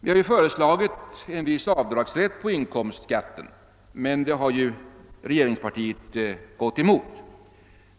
Vi har föreslagit en viss avdragsrätt på inkomstskatten, men det förslaget har regeringspartiet gått emot.